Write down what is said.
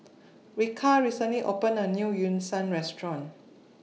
Ryker recently opened A New Yu Sheng Restaurant